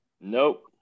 Nope